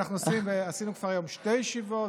עשינו היום כבר שתי ישיבות,